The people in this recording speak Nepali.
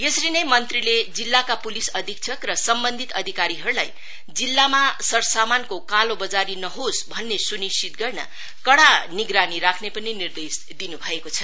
यसरी नै मंत्रीले जिल्लाका पुलिस अधीक्षक र सम्वन्धित अधिकारीहरुलाई जिल्लामा सरसामानको कालोबजारी नहोस भन्ने सुनिश्चित गर्न कड़ा निगरानी राख्ने पनि निर्देश दिनु भएको छ